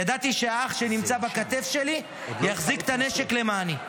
ידעתי שאח שנמצא ליד הכתף שלי יחזיק את הנשק למעני.